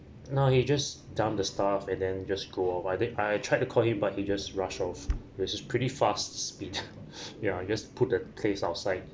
no he just dumped the stuff and then just go off I think I tried to call him but he just rushes off with uh pretty fast speed yeah he just put the trays outside